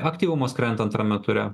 aktyvumas krenta antrame ture